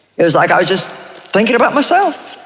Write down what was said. it was like i was just thinking about myself,